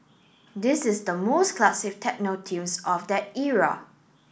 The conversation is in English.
this is the most classic techno tunes of that era